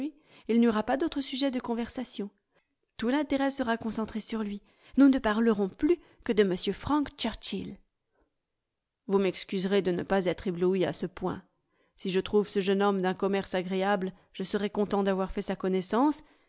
il n'y aura pas d'autre sujet de conversation tout l'intérêt sera concentré sur lui nous ne parlerons plus que de m frank churchill vous m'excuserez de ne pas être ébloui à ce point si je trouve ce jeune homme d'un commerce agréable je serai content d'avoir fait sa connaissance